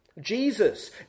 Jesus